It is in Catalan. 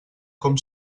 com